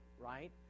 right